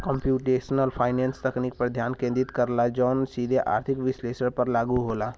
computational finance तकनीक पर ध्यान केंद्रित करला जौन सीधे आर्थिक विश्लेषण पर लागू होला